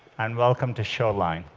and welcome to shoreline.